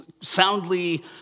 soundly